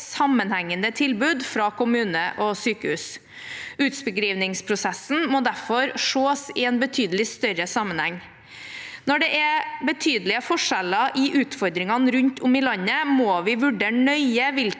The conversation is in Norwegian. sammenhengende tilbud fra kommune og sykehus. Utskrivningsprosessen må derfor sees i en betydelig større sammenheng. Når det er betydelige forskjeller i utfordringene rundt om i landet, må vi vurdere nøye hvilke